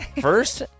first